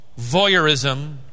voyeurism